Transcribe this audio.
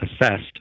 assessed